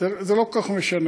זה לא כל כך משנה.